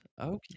Okay